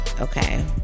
Okay